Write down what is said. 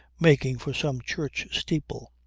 making for some church steeple.